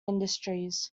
industries